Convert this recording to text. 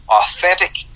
authentic